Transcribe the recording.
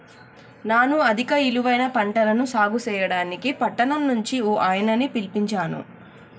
నాను అధిక ఇలువైన పంటలను సాగు సెయ్యడానికి పట్టణం నుంచి ఓ ఆయనని పిలిపించాను